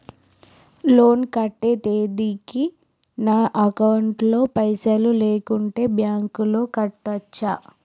Loan కట్టే తేదీకి నా అకౌంట్ లో పైసలు లేకుంటే బ్యాంకులో కట్టచ్చా?